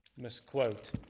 misquote